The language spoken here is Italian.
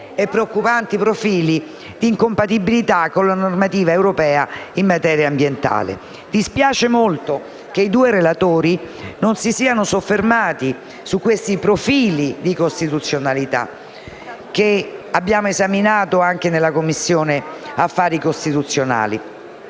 e preoccupanti profili di incompatibilità con la normativa europea in materia ambientale. Dispiace molto che i due relatori non si siano soffermati su questi profili di costituzionalità, esaminati anche in Commissione affari costituzionali.